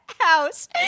house